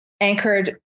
anchored